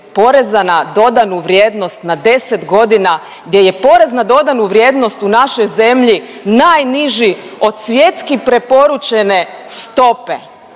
poreza na dodanu vrijednost na 10 godina gdje je PDV u našoj zemlji najniži od svjetski preporučene stope.